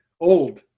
old